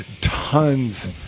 Tons